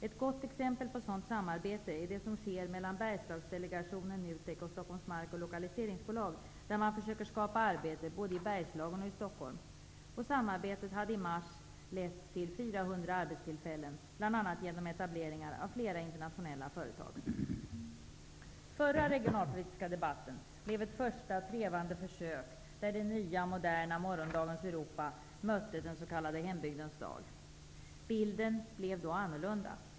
Ett gott exempel på sådant samarbete är det som sker mellan Bergslagsdelegationen, NUTEK och Stockholms mark och lokaliseringsbolag, där man försöker skapa arbete både i Bergslagen och i Stockholm. Detta samarbete hade i mars lett till 400 nya arbetstillfällen bl.a. genom etableringar av flera internationella företag. Den förra regionalpolitiska debatten blev ett första trevande försök där det nya, moderna morgondagens Europa mötte den s.k. hembygdens dag. Bilden blev då annorlunda.